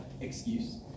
excuse